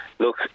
Look